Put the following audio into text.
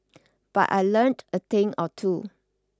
but I learnt a thing or two